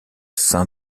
sein